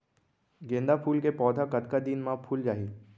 गेंदा फूल के पौधा कतका दिन मा फुल जाही?